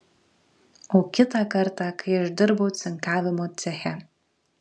o kitą kartą kai aš dirbau cinkavimo ceche